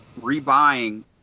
rebuying